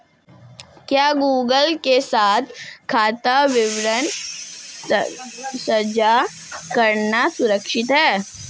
क्या गूगल के साथ खाता विवरण साझा करना सुरक्षित है?